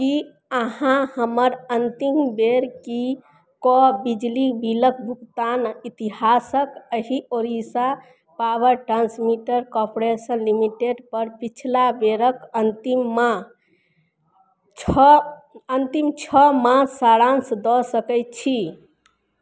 की अहाँ हमर अन्तिम बेर की कऽ बिजली बिलक भुगतानक इतिहासक अहि Odisha power transmitter corporation limited पर पिछला बेरक अन्तिम मा छओ अन्तिम छओ मास सारांश दऽ सकैत छी